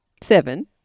Seven